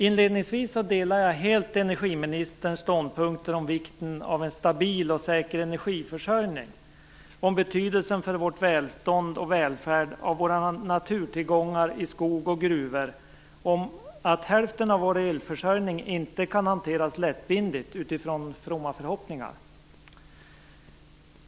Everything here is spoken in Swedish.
Ineldningsvis vill jag säga att jag helt delar energiministerns ståndpunkter om vikten av en stabil och säker energiförsörjning, om betydelsen för vårt välstånd och vår välfärd av våra naturtillgångar i skogar och gruvor och om att hälften av vår elförsörjning inte kan hanteras lättvindigt utifrån fromma förhoppningar.